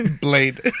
Blade